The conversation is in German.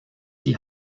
die